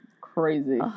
Crazy